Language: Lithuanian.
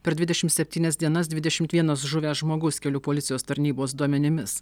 per dvidešimt septynias dienas dvidešimt vienas žuvęs žmogus kelių policijos tarnybos duomenimis